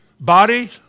body